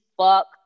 fuck